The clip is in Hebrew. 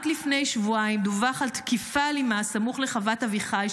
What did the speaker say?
רק לפני שבועיים דווח על תקיפה אלימה סמוך לחוות אביחי,